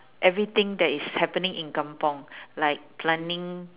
everything that is happening in kampung like planting